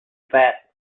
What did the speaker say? that